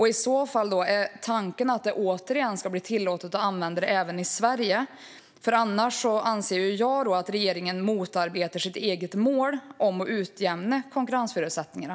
I så fall, är tanken att det återigen ska bli tillåtet att använda det även i Sverige? Annars anser jag att regeringen motarbetar sitt eget mål om att utjämna konkurrensförutsättningarna.